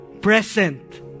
present